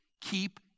keep